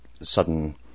sudden